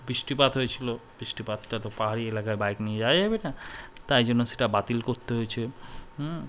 বৃষ্টিপাত হয়েছিলো বৃষ্টিপাতটা তো পাহাড়ি এলাকায় বাইক নিয়ে যাওয়া যাবে না তাই জন্য সেটা বাতিল করতে হয়েছে